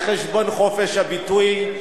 על חשבון חופש הביטוי,